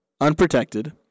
unprotected